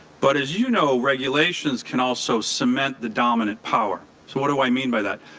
but as you know regulations can also cement the dominant power. so what do i mean by that?